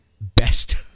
best